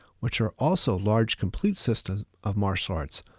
which are also large complete systems of martial arts,